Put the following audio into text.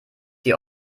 die